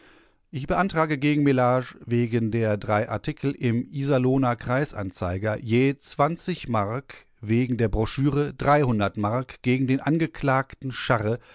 ich beantrage gegen mellage wegen der drei artikel im iserlohner kreisanzeiger je mark wegen der broschüre mark gegen den angeklagten scharre